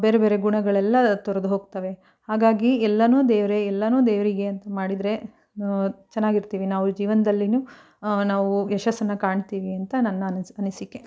ಬೇರೆ ಬೇರೆ ಗುಣಗಳೆಲ್ಲ ತೊರೆದು ಹೋಗ್ತವೆ ಹಾಗಾಗಿ ಎಲ್ಲನೂ ದೇವರೇ ಎಲ್ಲನೂ ದೇವರಿಗೆ ಅಂತ ಮಾಡಿದರೆ ಚೆನ್ನಾಗಿರ್ತೀವಿ ನಾವು ಜೀವನದಲ್ಲಿಯೂ ನಾವು ಯಶಸನ್ನು ಕಾಣ್ತೀವಿ ಅಂತ ನನ್ನ ಅನಿಸಿಕೆ